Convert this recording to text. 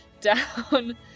down